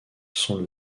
sont